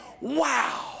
wow